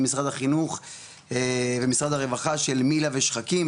משרד החינוך ומשרד הרווחה של מיל"ה ו"שחקים",